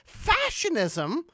Fashionism